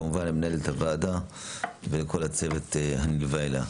כמובן למנהלת הוועדה וכל הצוות הנלווה אליה.